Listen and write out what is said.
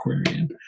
Aquarian